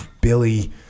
Billy